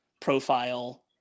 profile